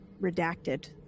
redacted